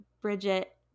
Bridget